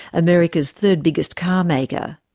america's third-biggest car maker.